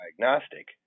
diagnostic